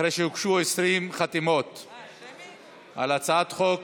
אחרי שהוגשו 20 חתימות, על הצעת חוק